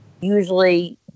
usually